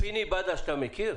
גיורא, את פיני בדש אתה מכיר?